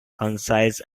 concise